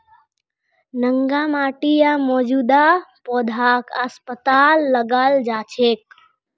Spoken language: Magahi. नंगा माटी या मौजूदा पौधाक आसपास लगाल जा छेक